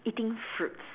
eating fruits